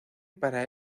para